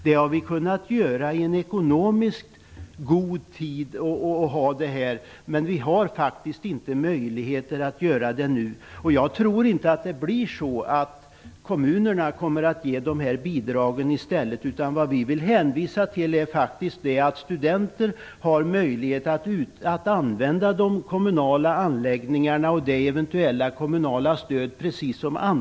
Det skulle ha gått i en ekonomiskt god tid, men vi har faktiskt inte möjligheter att göra det nu. Jag tror inte att kommunerna kommer att ge dessa bidrag i stället. Vad vi vill hänvisa till är att studenter, precis som andra kommunmedborgare, har möjligheter att använda kommunala anläggningar och utnyttja eventuella kommunala stöd.